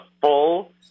full